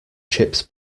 chips